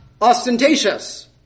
ostentatious